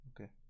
Okay